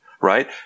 Right